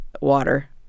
water